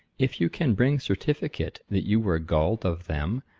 if you can bring certificate that you were gull'd of them,